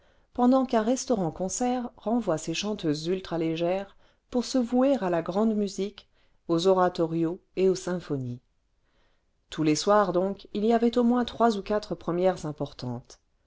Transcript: pendant qu'un restaurantconcert renvoie ses chanteuses ultra légères pour se vouer à la grande musique aux oratorios et aux symphonies tous les soirs donc il y avait au moins trois ou quatre premières importantes